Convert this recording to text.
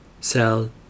Cell